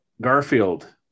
garfield